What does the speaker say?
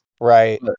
right